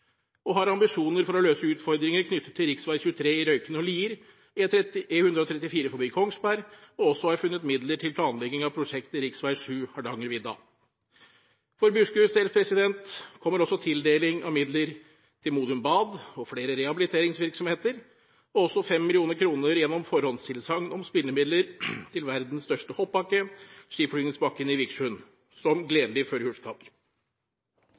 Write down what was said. og har ambisjoner for å løse utfordringer knyttet til rv. 23 i Røyken og Lier, E134 forbi Kongsberg og også har funnet midler til planlegging av prosjektet rv. 7 Hardangervidda. For Buskeruds del kommer også tildeling av midler til Modum Bad og flere rehabiliteringsvirksomheter, og også 5 mill. kr gjennom forhåndstilsagn om spillemidler til verdens største hoppbakke, skiflyvningsbakken i Vikersund, som